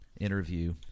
interview